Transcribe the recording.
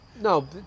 no